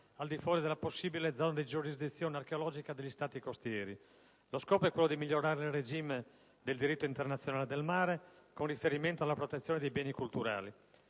al di fuori della possibile zona di giurisdizione archeologica degli Stati costieri. Lo scopo è quello di migliorare il regime del diritto internazionale del mare, con riferimento alla protezione dei beni culturali.